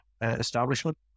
establishment